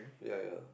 ya ya